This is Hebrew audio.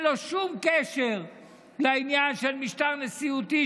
אין לו שום קשר לעניין של משטר נשיאותי,